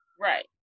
right